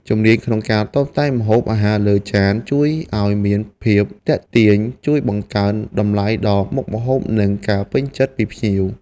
ជំនាញក្នុងការតុបតែងម្ហូបអាហារលើចានឱ្យមានភាពទាក់ទាញជួយបង្កើនតម្លៃដល់មុខម្ហូបនិងការពេញចិត្តពីភ្ញៀវ។